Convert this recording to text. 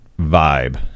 vibe